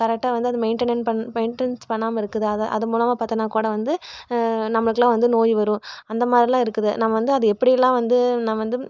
கரெக்ட்டாக வந்து அது மெயின்டனட் பண் மெயின்டனன்ஸ் பண்ணாமல் இருக்குது அதை அதை மூலமாக பார்த்தனாக்கோட வந்து நம்மளுக்கெலாம் வந்து நோய் வரும் அந்தமாரிலாம் இருக்குது நம்ம வந்து அது எப்படியெல்லாம் வந்து நான் வந்து